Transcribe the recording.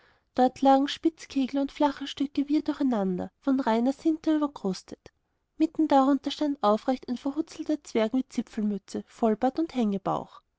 dort lagen spitzkegel und flache stücke wirr durcheinander von reinweißem sinter überkrustet mitten darunter stand aufrecht ein verhutzelter zwerg mit zipfelmütze vollbart und